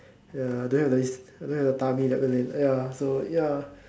ya don't have the don't have the tummy ya so ya